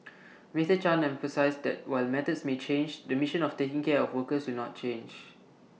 Mister chan emphasised that while methods may change the mission of taking care of workers will not change